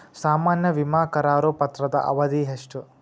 ಸಾಮಾನ್ಯ ವಿಮಾ ಕರಾರು ಪತ್ರದ ಅವಧಿ ಎಷ್ಟ?